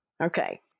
Okay